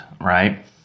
right